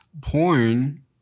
porn